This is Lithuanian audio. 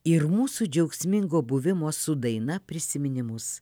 ir mūsų džiaugsmingo buvimo su daina prisiminimus